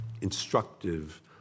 instructive